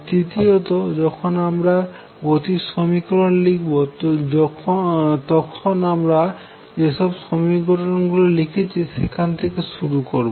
তৃতীয়ত যখন আমরা গতির সমীকরণ লিখতে যাবো তখন আমরা যে সব সমীকরণ গুলি লিখেছি সেখান থেকে শুরু করবো